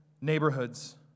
neighborhoods